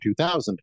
2000